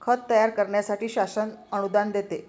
खत तयार करण्यासाठी शासन अनुदान देते